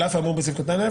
"על אף האמור בסעיף קטן (א),